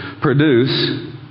produce